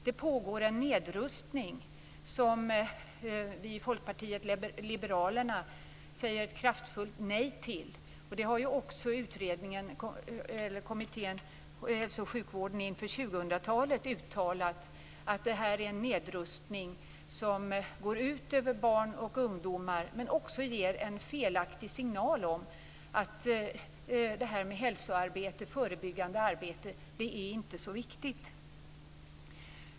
Det pågår en nedrustning som vi i Folkpartiet liberalerna säger ett kraftfullt nej till. Kommittén om hälso och sjukvården inför 2000-talet har ju också uttalat att denna nedrustning går ut över barn och ungdomar och även ger en felaktig signal om att förebyggande hälsoarbete inte är så viktigt.